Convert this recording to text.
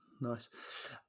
nice